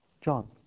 John